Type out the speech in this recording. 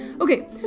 Okay